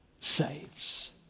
saves